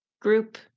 group